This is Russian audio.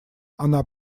она